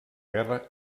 guerra